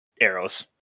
Arrows